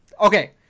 okay